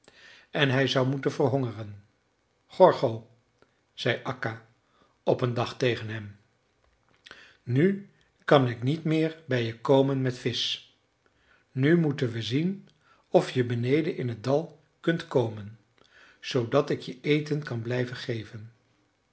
en hij zou moeten verhongeren gorgo zei akka op een dag tegen hem nu kan ik niet meer bij je komen met visch nu moeten we zien of je beneden in t dal kunt komen zoodat ik je eten kan blijven geven